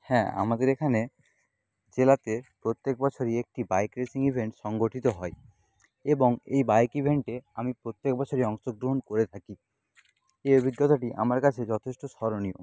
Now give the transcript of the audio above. হ্যাঁ আমাদের এখানে জেলাতে প্রত্যেক বছরই একটি বাইক রেসিং ইভেন্ট সংগঠিত হয় এবং এই বাইক ইভেন্টে আমি প্রত্যেক বছরই অংশগ্রহণ করে থাকি এই অভিজ্ঞতাটি আমার কাছে যথেষ্ট স্মরণীয়